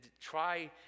Try